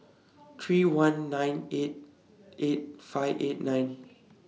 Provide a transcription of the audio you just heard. three one nine eight eight five eight nine